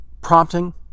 prompting